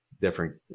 different